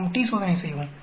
நாம் t சோதனை செய்வோம்